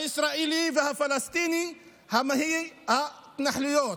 הישראלי והפלסטיני, הוא ההתנחלויות.